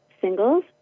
singles